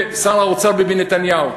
ושר האוצר ביבי נתניהו,